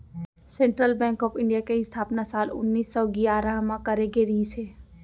central bank of India के इस्थापना साल उन्नीस सौ गियारह म करे गे रिहिस हे